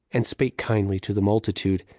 and spake kindly to the multitude,